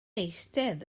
eistedd